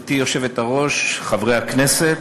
גברתי היושבת-ראש, חברי הכנסת,